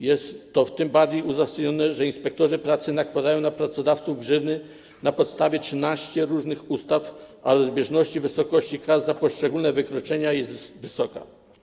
Jest to tym bardziej uzasadnione, że inspektorzy pracy nakładają na pracodawców grzywny na podstawie 13 różnych ustaw, a rozbieżność w wysokości kar za poszczególne wykroczenia jest wysoka.